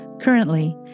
Currently